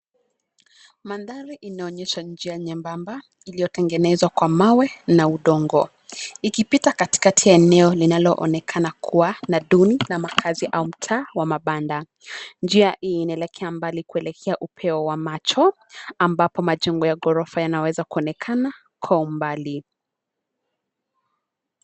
Mandhari inaonyesha njia nyembamba iliyotengenezwa kwa mawe na udongo, ikipita katikati ya eneo linaloonekana kua na duni na makazi ya mtaa wa mabanda. Njia hii inaelekea mbali kuelekea upeo wa macho, ambapo majengo ya gorofa yanaweza kuonekana kwa umbali.